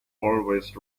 always